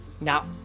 now